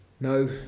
No